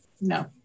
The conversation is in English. no